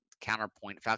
counterpoint